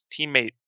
teammate